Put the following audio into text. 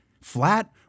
Flat